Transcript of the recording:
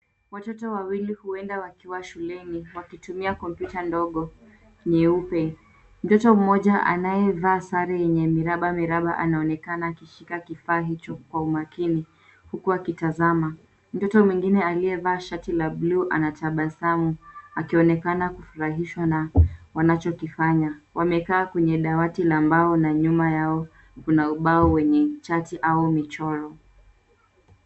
Watoto wawili huenda wakiwa shuleni wakitumia kompyuta ndogo nyeupe. Mtoto mmoja anayevaa sare yenye miraba miraba anaonekana akishika kifaa hicho Kwa umakini, huku akitazama. Mtoto mwingine aliyevaa shati la buluu anatabasamu, akionekana kufurahishwa na wanachokifanya. Wamekaa kwenye dawati la mbao na nyuma yao kuna ubao wenye chati au michoro.